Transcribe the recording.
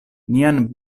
nian